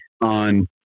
on